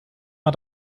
mal